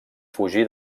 fugir